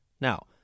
Now